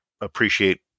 appreciate